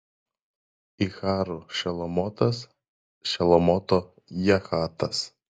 iccharų šelomotas šelomoto jahatas